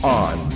on